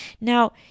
now